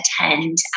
attend